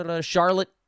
Charlotte